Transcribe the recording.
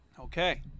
Okay